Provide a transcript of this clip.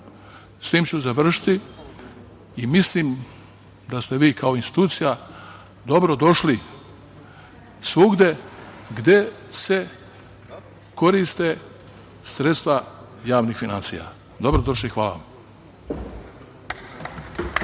s tim ću završiti, mislim da ste vi kao institucija, dobrodošli svuda gde se koriste sredstva javnih finansija. Dobro došli i hvala vam.